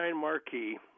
marquee